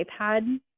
iPad